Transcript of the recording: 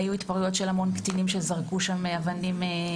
היו התפרעויות של המון קטינים שזרקו שם אבנים.